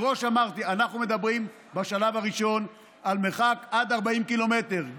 אמרתי מראש: אנחנו מדברים בשלב הראשון על מרחק עד 40 קילומטר,